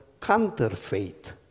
counterfeit